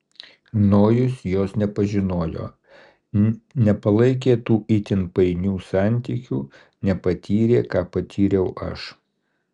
nojus jos nepažinojo nepalaikė tų itin painių santykių nepatyrė ką patyriau aš